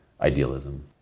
idealism